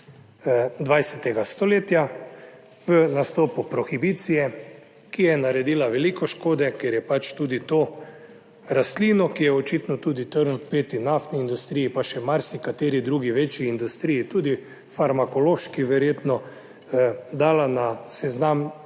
20. stoletja v nastopu prohibicije, ki je naredila veliko škode, ker je pač tudi to rastlino, ki je očitno tudi trn v peti naftni industriji, pa še marsikateri drugi večji industriji, tudi farmakološki verjetno, dala na seznam